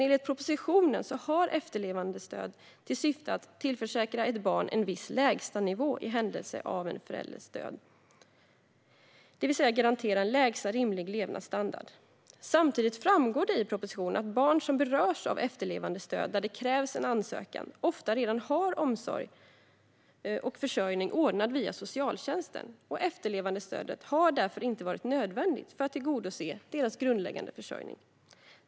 Enligt propositionen har efterlevandestöd till syfte att tillförsäkra ett barn en viss lägstanivå i händelse av en förälders död, det vill säga att garantera en lägsta rimlig levnadsstandard. Samtidigt framgår i propositionen att barn som berörs av efterlevandestöd, där det krävs ansökan, ofta redan har omsorg och försörjning ordnad via socialtjänsten. Efterlevandestödet har därför inte varit nödvändigt för att tillgodose deras grundläggande försörjning.